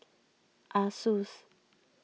Asus